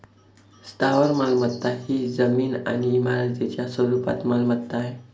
स्थावर मालमत्ता ही जमीन आणि इमारतींच्या स्वरूपात मालमत्ता आहे